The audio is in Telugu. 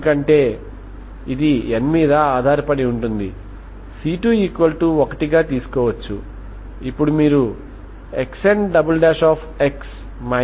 ఎందుకంటే ఇది n మీద ఆధారపడి ఉంటుంది మీరు c21గా తీసుకోవచ్చు